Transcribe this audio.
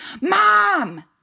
Mom